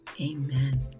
Amen